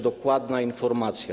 Dokładna informacja.